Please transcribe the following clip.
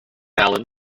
alan